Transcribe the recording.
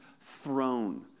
throne